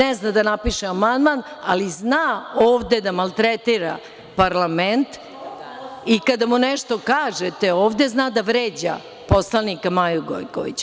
Ne zna da napiše amandman, ali zna ovde da maltretira parlament, i kada mu nešto kažete ovde zna da vređa poslanika Maju Gojković.